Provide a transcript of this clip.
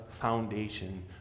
foundation